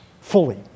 fully